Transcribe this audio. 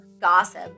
Gossip